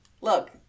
Look